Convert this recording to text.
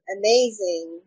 amazing